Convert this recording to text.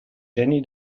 jenny